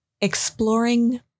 Exploring